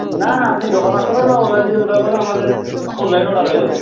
না না আপনি দোকানেও আসতে পারেন বা অনলাইনে যদি অর্ডার করেন আমাদের অনলাইনে অর্ডার হয়ে যাবে